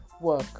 work